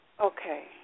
Okay